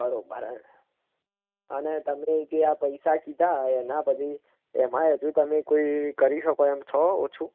બરાબર અને તમે જે આ પૈસા કીધા એના પછી એમાંય હજુ તમે કંઈ કરી શકો એમ છો ઓછું